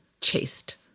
chased